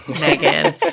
Megan